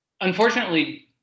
unfortunately